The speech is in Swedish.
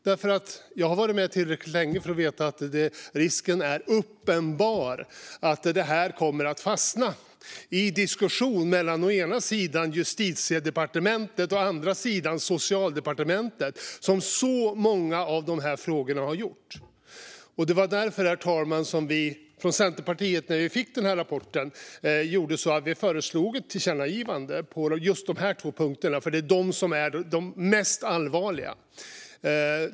Jag har nämligen varit med tillräckligt länge för att veta att risken är uppenbar att detta kommer att fastna i en diskussion mellan å ena sidan Justitiedepartementet och å andra sidan Socialdepartementet, precis som många av dessa frågor har gjort. Herr talman! Det var därför som vi från Centerpartiet, när vi fick denna rapport, föreslog ett tillkännagivande på just dessa två punkter. Det är de som är de mest allvarliga.